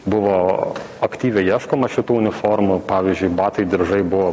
buvo aktyviai ieškoma šitų uniformų pavyzdžiui batai diržai buvo